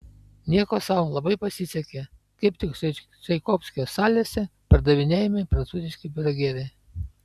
nieko sau labai pasisekė kaip tik čaikovskio salėse pardavinėjami prancūziški pyragėliai